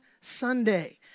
Sunday